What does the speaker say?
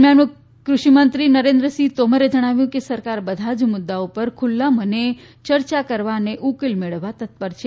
દરમ્યાન કૃષિમંત્રી નરેન્દ્રસિંહ તોમરે જણાવ્યું છે કે સરકાર બધા જ મુદ્દાઓ ઉપર ખુલ્લા મને ચર્ચા કરવા તથા ઉકેલ મેળવવા તત્પર છે